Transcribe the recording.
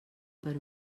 per